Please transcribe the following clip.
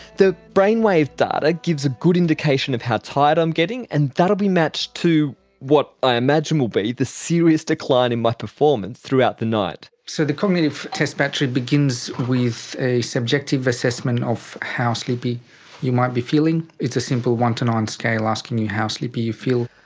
the brainwave data gives a good indication of how tired i'm getting, and that'll be matched to what i imagine will be the serious decline in my performance throughout the night. so the cognitive test battery begins with a subjective assessment of how sleepy you might be feeling. it's a simple one to nine scale asking you how sleepy you feel.